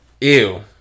Ew